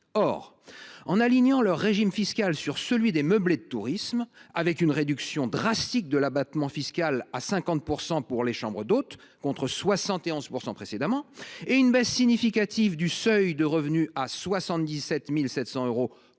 Or, en alignant leur régime fiscal sur celui des meublés de tourisme, avec une réduction drastique de l’abattement fiscal à 50 % pour les chambres d’hôtes, contre 71 % précédemment, et une baisse significative du seuil de revenus à 77 700 euros,